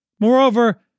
Moreover